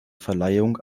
verleihung